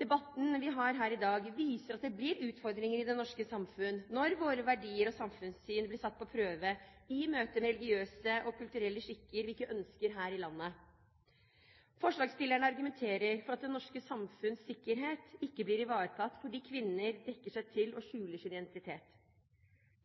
Debatten vi har her i dag, viser at det blir utfordringer i det norske samfunn når våre verdier og samfunnssyn blir satt på prøve i møte med religiøse og kulturelle skikker vi ikke ønsker her i landet. Forslagsstillerne argumenterer med at det norske samfunns sikkerhet ikke blir ivaretatt fordi kvinner dekker seg til og skjuler sin identitet.